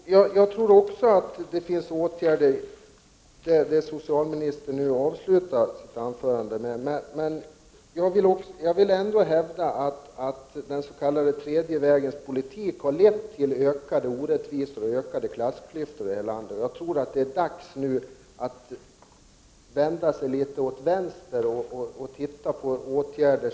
Fru talman! Jag tror också att det kan vara bra med sådana åtgärder som socialministern avslutade sitt anförande med, men jag vill ändå hävda att den s.k. tredje vägens politik har lett till ökade orättvisor och ökade klassklyftor i landet. Jag tror att det nu är dags för regeringen att vända sig litet grand åt vänster när den skall vidta åtgärder.